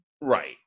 Right